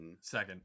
second